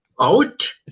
out